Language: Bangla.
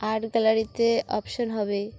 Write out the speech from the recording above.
আর্ট গ্যালারিতে অপশন হবে